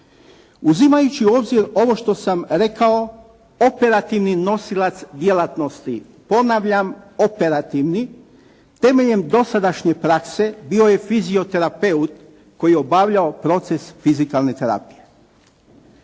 Uzimajući u obzir ovo što sam rekao, operativni nosilac djelatnosti, ponavljam operativni temeljem dosadašnje praske bio je fizioterapeut koji je obavljao proces fizikalne terapije.